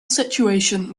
situation